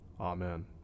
Amen